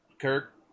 Kirk